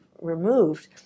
removed